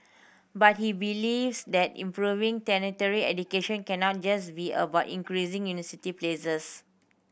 but he believes that improving tertiary education cannot just be about increasing university places